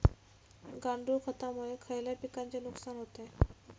गांडूळ खतामुळे खयल्या पिकांचे नुकसान होते?